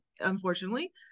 unfortunately